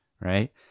right